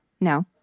No